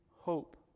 hope